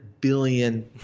billion